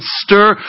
stir